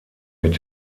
mit